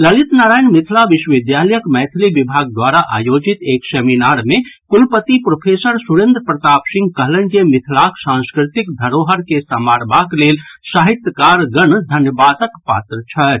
ललित नारायण मिथिला विश्वविद्यालयक मैथिली विभाग द्वारा आयोजित एक सेमिनार मे कुलपति प्रोफेसर सुरेन्द्र प्रताप सिंह कहलनि जे मिथिलाक सांस्कृतिक धरोहर के संवारबाक लेल साहित्यकारगण धन्यवादक पात्र छथि